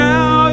Now